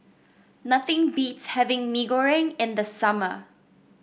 nothing beats having Mee Goreng in the summer